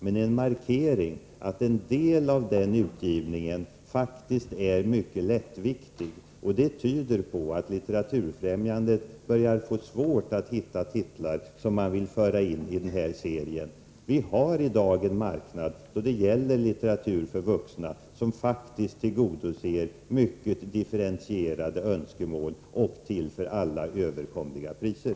Men det var en markering av att en del av den utgivningen faktiskt är mycket lättviktig, och det tyder på att Litteraturfrämjandet börjar få svårt att hitta titlar som man vill föra in i denna serie. Vi har i dag en marknad då det gäller litteratur för vuxna som faktiskt tillgodoser mycket differentierade önskemål och till för alla överkomliga priser.